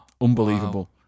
Unbelievable